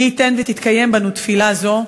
מי ייתן ותתקיים בנו תפילה זו.